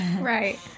Right